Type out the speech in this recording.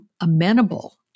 amenable